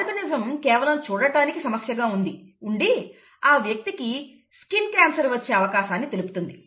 albinism కేవలం చూడటానికి సమస్యగా ఉండి ఆ వ్యక్తికి స్కిన్ క్యాన్సర్ వచ్చే అవకాశాన్ని తెలుపుతుంది